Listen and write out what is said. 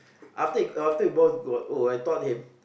after after he both got O I taught him